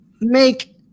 make